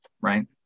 Right